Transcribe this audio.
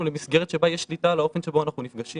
למסגרת שבה יש שליטה על האופן שבו אנחנו נפגשים.